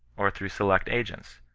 or through select agents,